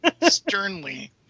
Sternly